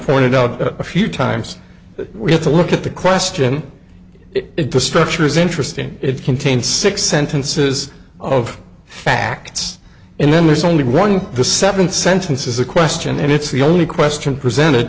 pointed out a few times that we have to look at the question it the structure is interesting it contains six sentences of facts and then there's only one of the seven sentences a question and it's the only question presented